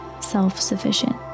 self-sufficient